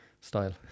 style